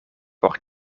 por